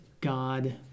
God